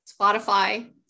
Spotify